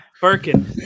Birkin